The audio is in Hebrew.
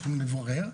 צריכים לברר,